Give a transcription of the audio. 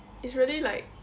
it's really like